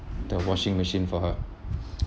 the washing machine for her